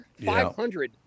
500